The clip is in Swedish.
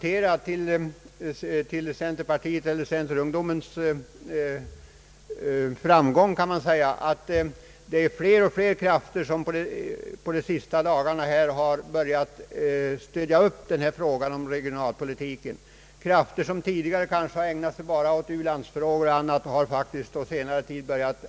Till centerungdomens framgång kan man notera att fler och fler krafter under de senaste månaderna har börjat stödja frågan om regionalpolitiken. Krafter som tidigare kanske har ägnat sig bara åt u-landsfrågor och annat har på senare tid börjat